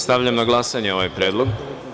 Stavljam na glasanje ovaj predlog.